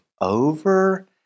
over